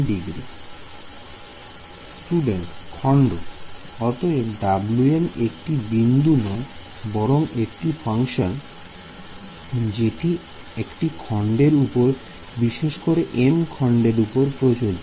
Student খন্ড অতএব Wm একটি বিন্দু নয় বরং এটি একটি ফাংশন জেটি একটি খন্ডের উপরে বিশেষ করে m খন্ডের উপর প্রযোজ্য